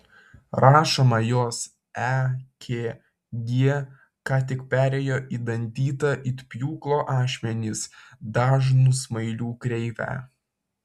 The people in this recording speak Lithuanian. rašoma jos ekg ką tik perėjo į dantytą it pjūklo ašmenys dažnų smailių kreivę